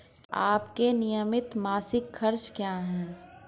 आपके नियमित मासिक खर्च क्या हैं?